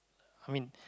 I mean